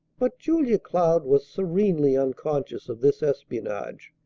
but julia cloud was serenely unconscious of this espionage.